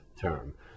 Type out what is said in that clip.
term